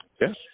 Yes